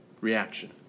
reaction